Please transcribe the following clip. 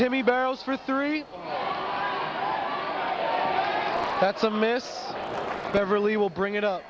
to me barrels for three that's a miss beverly will bring it up